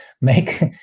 make